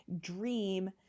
dream